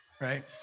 Right